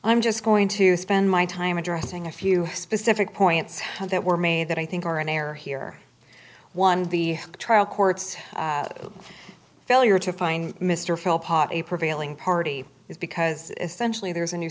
i'm just going to spend my time addressing a few specific points that were made that i think are in error here one the the trial courts failure to find mr fell apart a prevailing party is because essentially there's a new